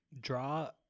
draw